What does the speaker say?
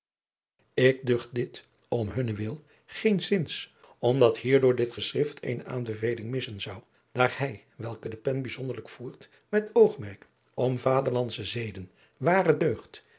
ik ducht dit om hunnen wil geenszins omdat hier door dit geschrift eene aanbeveling missen zou daar hij welke de pen bijzonderlijk voert met oogmerk om vaderlandsche zeden ware deugd